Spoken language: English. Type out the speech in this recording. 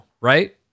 right